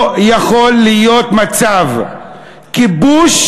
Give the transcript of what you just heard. לא יכול להיות מצב כיבוש,